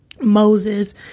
Moses